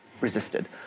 resisted